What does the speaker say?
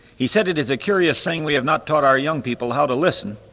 he said it is a curious thing we have not taught our young people how to listen,